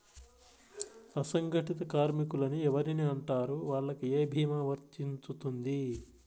అసంగటిత కార్మికులు అని ఎవరిని అంటారు? వాళ్లకు ఏ భీమా వర్తించుతుంది?